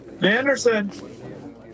Anderson